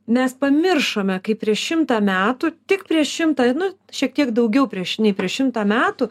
nes pamiršome kaip prieš šimtą metų tik prieš šimtą nu šiek tiek daugiau prieš nei prieš šimtą metų